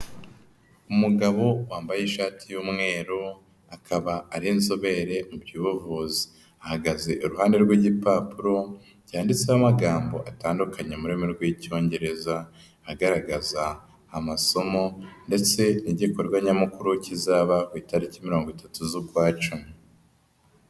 Umugabo wambaye ishati y'umweru, akaba ari inzobere mu by'ubuvuzi, ahagaze iruhande rw'igipapuro cyanditseho amagambo atandukanye mu rurimi rw'Icyongereza, agaragaza amasomo ndetse n'igikorwa nyamukuru kizaba ku itariki mirongo itatu z'ukwa Cumi.